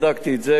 בדקתי את זה.